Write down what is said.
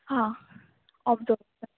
हां हांव दवर